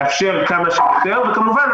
הוא קשר חזק ואמיץ,